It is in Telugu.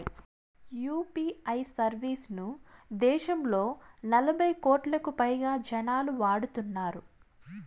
యూ.పీ.ఐ సర్వీస్ ను దేశంలో నలభై కోట్లకు పైగా జనాలు వాడుతున్నారు